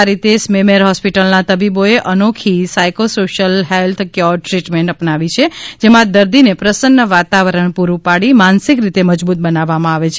આ રીતે સ્મીમેર હોસ્પિટલના તબીબોએ અનોખી સાયકોસોશ્યલ હેલ્થ ક્યોર દ્રીટમેન્ટ અપનાવી છે જેમાં દર્દીને પ્રસન્ન વાતાવરણ પૂરૂ પાડી માનસિક રીતે મજબૂત બનાવવામાં આવે છે